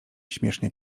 śmiesznie